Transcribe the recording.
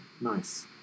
nice